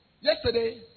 Yesterday